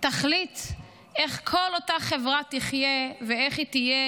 תחליט איך כל אותה חברה תחיה ואיך היא תהיה,